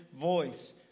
voice